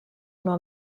nur